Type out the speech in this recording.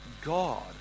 God